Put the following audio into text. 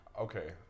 okay